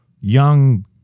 young